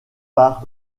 par